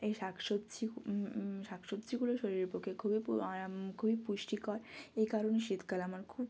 এই শাক সবজি শাক সবজিগুলো শরীরের পক্ষে খুবই খুবই পুষ্টিকর এই কারণে শীতকাল আমার খুব